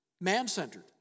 Man-centered